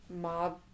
mob